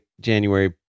January